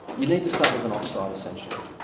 you need to start with an oxide essentially.